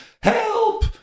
help